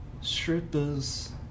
Strippers